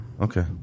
Okay